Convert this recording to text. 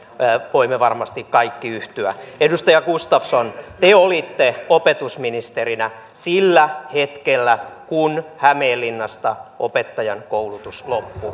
voimme varmasti kaikki yhtyä edustaja gustafsson te olitte opetusministerinä sillä hetkellä kun hämeenlinnasta opettajankoulutus loppui